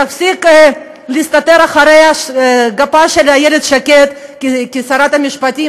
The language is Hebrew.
תפסיק להסתתר מאחורי גבה של אילת שקד כשרת המשפטים,